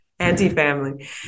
Anti-family